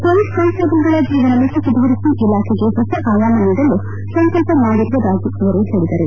police ಕಾನ್ಸ್ಟೇಬಲ್ಗಳ ಜೀವನಮಟ್ಟ ಸುಧಾರಿಸಿ ಇಲಾಖೆಗೆ ಹೊಸ ಆಯಾಮ ನೀಡಲು ಸಂಕಲ್ಪ ಮಾಡಿರುವುದಾಗಿ ಅವರು ಹೇಳಿದರು